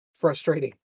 Frustrating